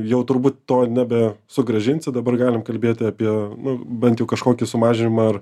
jau turbūt to nebe sugrąžinsi dabar galim kalbėti apie nu bent jau kažkokį sumažinimą ar